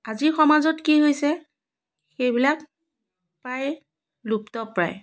আজিৰ সমাজত কি হৈছে সেইবিলাক প্ৰায় লুপ্তপ্ৰায়